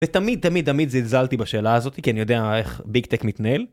ותמיד תמיד תמיד זלזלתי בשאלה הזאתי כי אני יודע איך ביג טק מתנהל.